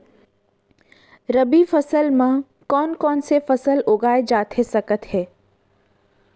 रबि फसल म कोन कोन से फसल उगाए जाथे सकत हे?